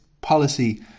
policy